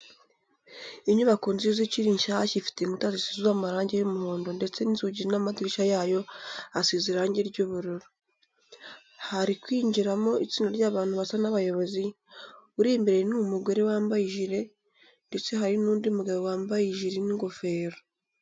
Inyubako nziza ikiri nshyashya ifite inkuta zisize amarange y'umuhondo ndetse inzugi n'amadirishya yayo asize irange ry'ubururu. Hari kwinjiramo itsinda ry'abantu basa n'abayobozi, uri imbere ni umugore wamabye ijiri ndetse hari n'undi mugabo wambaye ijiri n'ingofero.